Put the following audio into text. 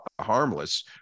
harmless